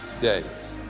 days